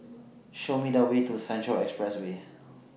Show Me The Way to Central Expressway